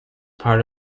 part